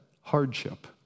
hardship